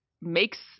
makes